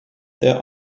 there